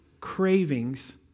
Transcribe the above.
cravings